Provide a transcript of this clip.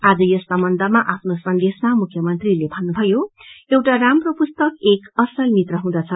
आज यस सम्बन्धमा आफ्नो सन्देशमा मुख्यमंत्रीले भन्नुभयो एउटा राम्रो पुस्तक एक असल मित्र हुदँछ